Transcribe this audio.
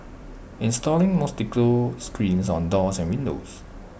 installing mosquito screens on doors and windows